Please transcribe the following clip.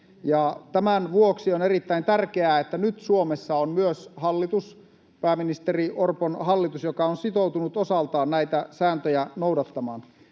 tämän vuoksi on erittäin tärkeää, että nyt Suomessa on myös hallitus, pääministeri Orpon hallitus, joka on sitoutunut osaltaan näitä sääntöjä noudattamaan.